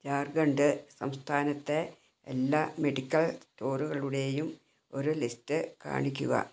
ജാർഖണ്ഡ് സംസ്ഥാനത്തെ എല്ലാ മെഡിക്കൽ സ്റ്റോറുകളുടെയും ഒരു ലിസ്റ്റ് കാണിക്കുക